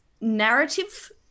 narrative